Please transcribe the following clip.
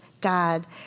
god